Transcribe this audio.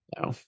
No